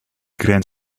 grand